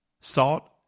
Salt